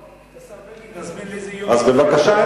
שאת השר בגין נזמין באיזה יום לשאילתות בנושא.